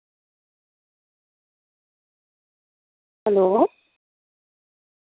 hello